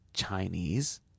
Chinese